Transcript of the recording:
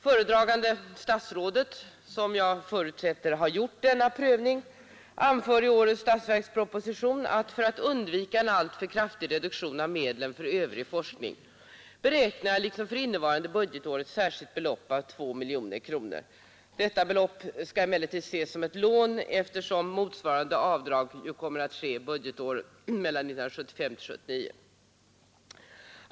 Föredragande statsrådet, som jag förutsätter har gjort denna prövning, anför i årets statsverksproposition: ”För att undvika en alltför kraftig reduktion av medlen för övrig forskning beräknar jag, liksom för innevarande budgetår, ett särskilt belopp till rådet om 2 milj.kr.” Detta belopp skall emellertid ses som ett lån eftersom motsvarande avdrag kommer att göras från anslaget under budgetåren 1975 79.